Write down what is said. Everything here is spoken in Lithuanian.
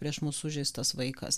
prieš mus sužeistas vaikas